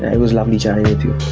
it was lovely chatting with you.